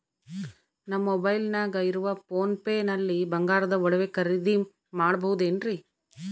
ನಮ್ಮ ಮೊಬೈಲಿನಾಗ ಇರುವ ಪೋನ್ ಪೇ ನಲ್ಲಿ ಬಂಗಾರದ ಒಡವೆ ಖರೇದಿ ಮಾಡಬಹುದೇನ್ರಿ?